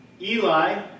Eli